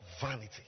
vanity